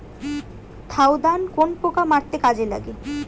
Thiodan কোন পোকা মারতে কাজে লাগে?